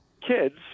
kids